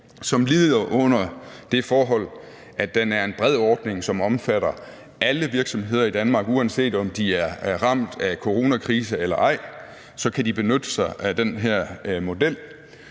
som lider under det forhold, at det er en bred ordning, som omfatter alle virksomheder i Danmark. Uanset om de er ramt af coronakrise eller ej, kan de benytte sig af den her model,